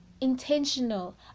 intentional